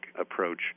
approach